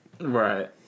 Right